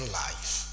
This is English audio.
life